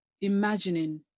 imagining